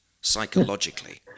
psychologically